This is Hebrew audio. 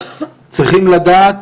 צריכים לדעת